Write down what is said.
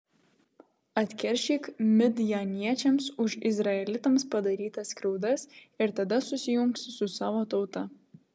atkeršyk midjaniečiams už izraelitams padarytas skriaudas ir tada susijungsi su savo tauta